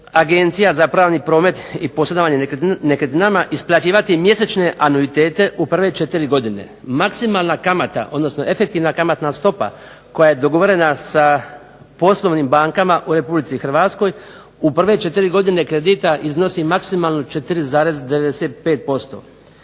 Agencija za pravni promet i posredovanje nekretninama isplaćivati mjesečne anuitete u prve četiri godine. Maksimalna kamata odnosno efektivna kamatna stopa koja je dogovorena sa poslovnim bankama u Republici Hrvatskoj u prve će tri godine kredita iznositi maksimalno 4,95%.